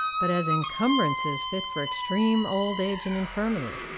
but as encumbrances fit for extreme old age and infirmity.